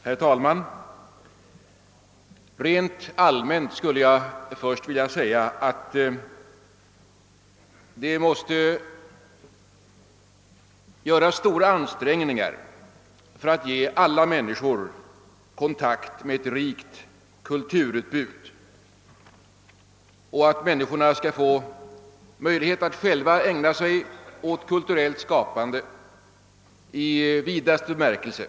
Herr talman! Rent allmänt skulle jag först vilja säga, att det måste göras stora ansträngningar för att ge alla människor kontakt med ett rikt kulturutbud och för att ge människorna möjlighet att själva ägna sig åt kulturellt skapande i vidaste bemärkelse.